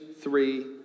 three